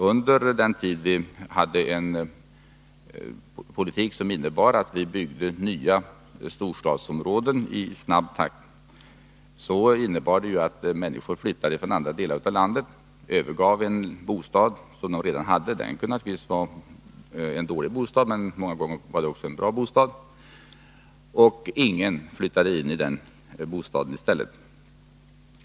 Under den tid då vi hade en politik som innebar att vi i snabb takt byggde nya storstadsområden flyttade människorna från andra delar av landet till dessa nya områden. De övergav då en bostad som de redan hade. Denna kunde naturligtvis vara dålig, men många gånger var det en bra bostad. Ingen annan flyttade i stället in i den bostaden.